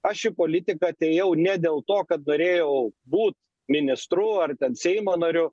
aš į politiką atėjau ne dėl to kad norėjau būt ministru ar ten seimo nariu